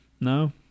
No